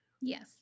Yes